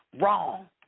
Wrong